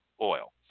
oil